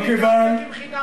דירות.